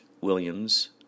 Williams